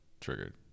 triggered